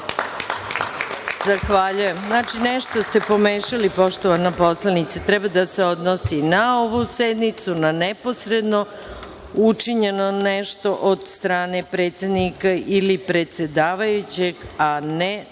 Zahvaljujem. Nešto ste pomešali poštovana poslanice, treba da se odnosi na ovu sednicu, na neposredno učinjeno nešto od strane predsednika ili predsedavajućeg, a ne …(Branka